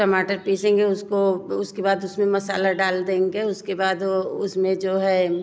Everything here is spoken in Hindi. टमाटर पीसेंगे उसको उसके बाद उसमें मसाला डाल देंगे उसके बाद वो उसमें जो है